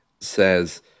says